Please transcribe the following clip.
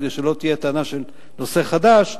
כדי שלא תהיה טענה של נושא חדש,